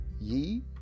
ye